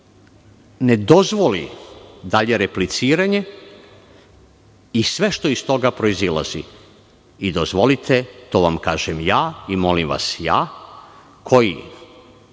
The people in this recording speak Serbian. ne dozvoli dalje repliciranje i sve što iz toga proizilazi. Dozvolite, to vam kažem ja i molim vas ja, koji